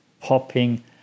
popping